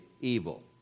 evil